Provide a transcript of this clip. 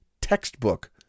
textbook